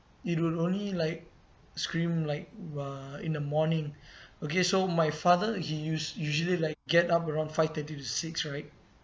it would only like scream like uh in the morning okay so my father he us~ usually like get up around five thirty to six right